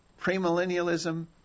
premillennialism